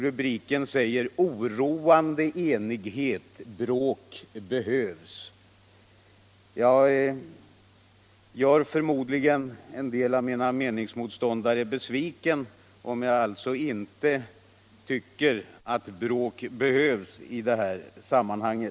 Rubriken över artikeln säger: ”Oroande enighet — bråk behövs.” Jag gör förmodligen en del av mina meningsmotståndare besvikna om inte jag heller tycker att bråk behövs i det här sammanhanget.